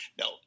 No